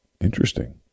Interesting